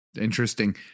Interesting